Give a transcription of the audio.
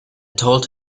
told